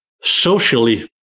socially